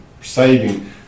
saving